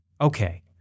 Okay